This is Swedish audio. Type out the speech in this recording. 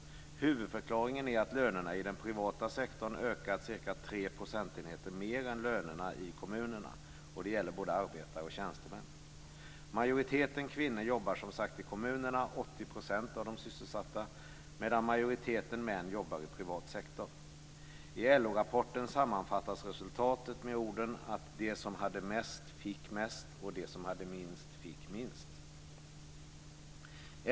Huvudförklaringen är att lönerna i den privata sektorn ökat med cirka tre procentenheter mer än lönerna i kommunerna, och det gäller både arbetare och tjänstemän. Majoriteten kvinnor jobbar, som sagt, i kommunerna - 80 % av de sysselsatta - medan majoriteten män jobbar i privat sektor. I LO rapproten sammanfattades resultatet med orden: "De som hade mest fick mest och de som hade minst fick minst."